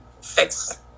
fix